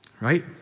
Right